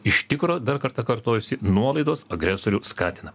iš tikro dar kartą kartojuosi nuolaidos agresoriui skatina